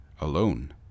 alone